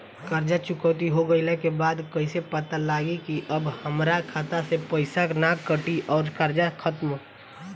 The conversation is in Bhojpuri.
कर्जा चुकौती हो गइला के बाद कइसे पता लागी की अब हमरा खाता से पईसा ना कटी और कर्जा खत्म?